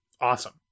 Awesome